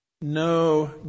No